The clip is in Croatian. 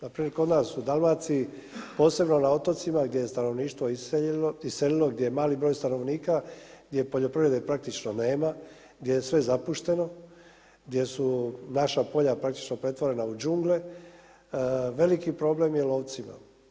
Npr. kod nas u Dalmaciji, posebno na otocima gdje je stanovništvo iselilo, gdje je mali broj stanovnika gdje poljoprivrede praktično nema, gdje je sve zapušteno, gdje su naša polja pretvorena praktično u džungle, veliki problem je lovcima.